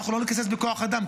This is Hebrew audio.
אנחנו לא נקצץ בכוח אדם,